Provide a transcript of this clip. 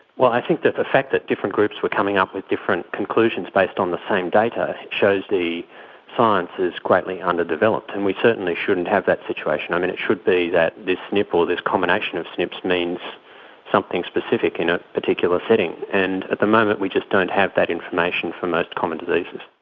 well, i think that the fact that different groups were coming up with different conclusions based on the same data shows the science is greatly underdeveloped, and we certainly shouldn't have that situation. and it should be that this snp or this combination of snps means something specific in a particular setting, and at the moment we just don't have that information for most common diseases.